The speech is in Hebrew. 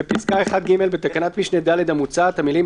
בפסקה (1)(ג), בתקנת משנה (ד) המוצעת, המילים